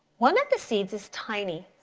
one of the seeds is tiny.